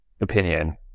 opinion